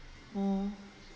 [oh